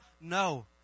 No